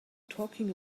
talking